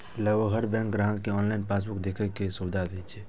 लगभग हर बैंक ग्राहक कें ऑनलाइन पासबुक देखै के सुविधा दै छै